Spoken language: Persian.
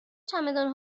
چمدان